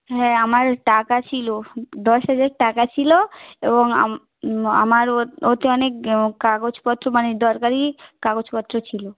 হ্যাঁ আমার টাকা ছিলো দশ হাজার টাকা ছিলো এবং আমার ওতে অনেক কাগজপত্র মানে দরকারি কাগজপত্র ছিলো